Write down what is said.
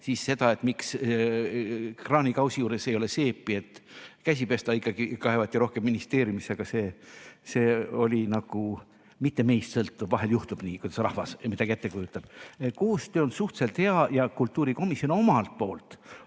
siis selle üle, miks kraanikausi juures ei ole seepi, et käsi pesta, ikkagi kaevati rohkem ministeeriumisse. Aga see ei olnud nagu meist sõltuv, vahel juhtub nii, kui rahvas midagi ette kujutab. Koostöö on suhteliselt hea ja kultuurikomisjon omalt poolt